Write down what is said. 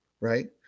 right